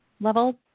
level